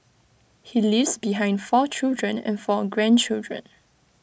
he leaves behind four children and four grandchildren